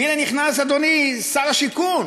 והנה נכנס אדוני שר השיכון,